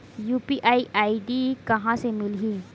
UPI ID कहां ले मिलही?